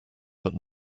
but